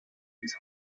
his